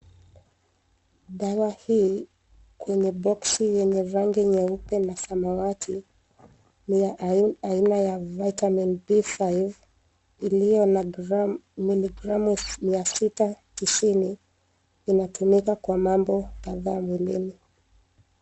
Dawa hii kwenye boksi yenye rangi nyeupe na samawati ni ya aina ya vitamin B5 iliyo na miligramu mia sita tisini inatumika kwa mambo kadhaa mwilini.